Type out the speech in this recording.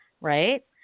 right